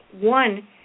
one